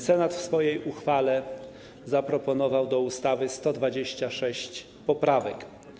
Senat w swojej uchwale zaproponował do ustawy 126 poprawek.